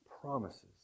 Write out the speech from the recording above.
promises